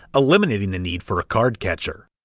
eliminating the need for a card catcher.